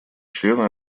члены